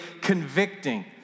convicting